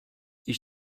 ich